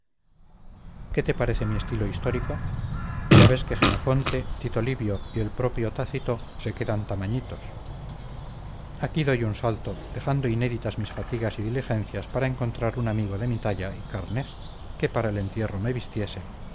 qué te parece mi estilo histórico ya ves que xenofonte tito livio y el propio tácito se quedan tamañitos aquí doy un salto dejando inéditas mis fatigas y diligencias para encontrar un amigo de mi talla y carnes que para el entierro me vistiese y